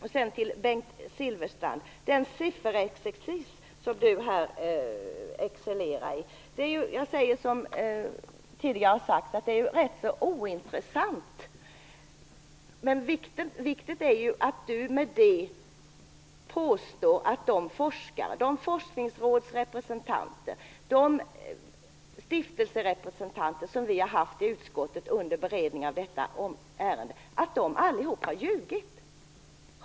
Jag vill till Bengt Silfverstrand säga att den sifferexercis som han här excellerar i är, såsom tidigare framhållits, ganska ointressant. Viktigt är dock att han med den påstår att de alla de forskare, de forskningsrådsrepresentanter och de stiftelserepresentanter som vi har haft i utskottet under beredningen av detta ärende har ljugit.